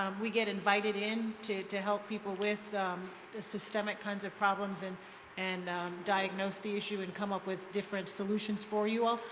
um we get invited in to to help people with the systemic kind of problems and and diagnose the issue, and come up with different solutions for you all.